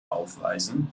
aufweisen